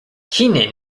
keenan